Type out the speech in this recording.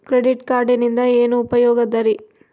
Credit ಕಾರ್ಡಿನಿಂದ ಏನು ಉಪಯೋಗದರಿ?